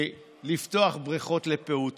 חייבים לפתוח בריכות לפעוטות,